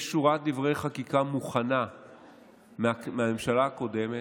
יש שורת דברי חקיקה מוכנה מהממשלה הקודמת,